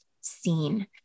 seen